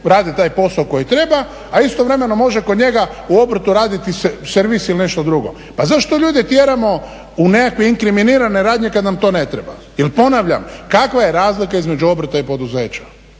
radit taj posao koji treba, a istovremeno može kod njega u obrtu raditi servis ili nešto drugo. Pa zašto ljude tjeramo u nekakve inkriminirane radnje kad nam to ne treba? Jer ponavljam, kakva je razlika između obrta i poduzeća?